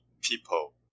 people